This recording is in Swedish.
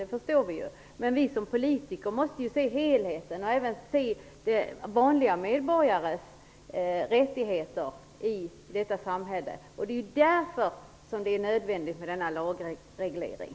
Det förstår vi. Men vi som politiker måste se helheten och även vanliga medborgares rättigheter i detta samhälle. Det är därför denna lagreglering är nödvändig.